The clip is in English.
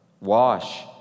Wash